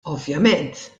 ovvjament